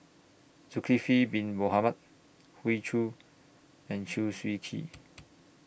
Zulkifli Bin Mohamed Hoey Choo and Chew Swee Kee